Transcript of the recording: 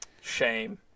shame